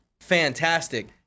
fantastic